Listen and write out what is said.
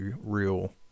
real